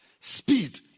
speed